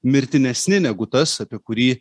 mirtinesni negu tas apie kurį